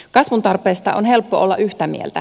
kasvun tarpeesta on helppo olla yhtä mieltä